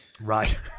Right